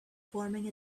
forming